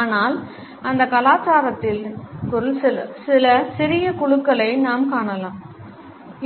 ஆனால் அந்த கலாச்சாரத்திற்குள் சில சிறிய குழுக்களை நாம் காணலாம்